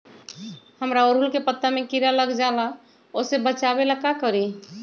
हमरा ओरहुल के पत्ता में किरा लग जाला वो से बचाबे ला का करी?